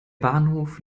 bahnhof